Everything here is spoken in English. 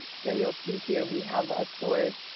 so you'll see here we have a source,